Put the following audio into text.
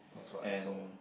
and